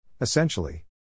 Essentially